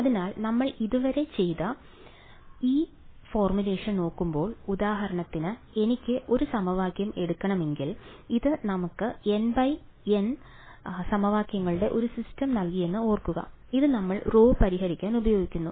അതിനാൽ നമ്മൾ ഇതുവരെ ചെയ്ത ഈ ഫോർമുലേഷൻ നോക്കുമ്പോൾ ഉദാഹരണത്തിന് എനിക്ക് ഒരു സമവാക്യം എടുക്കണമെങ്കിൽ ഇത് നമുക്ക് N×N സമവാക്യങ്ങളുടെ ഒരു സിസ്റ്റം നൽകിയെന്ന് ഓർക്കുക അത് നമ്മൾ ρ പരിഹരിക്കാൻ ഉപയോഗിക്കുന്നു